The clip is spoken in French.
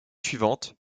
suivante